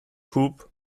hub